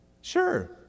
Sure